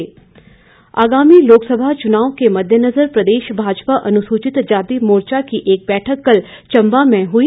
भाजपा मोर्चा आगामी लोकसभा चुनाव के मद्देनज़र प्रदेश भाजपा अनुसूचित जाति मोर्चा की एक बैठक कल चंबा में हुई